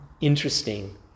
interesting